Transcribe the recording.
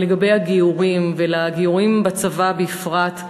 לגבי הגיורים והגיורים בצבא בפרט,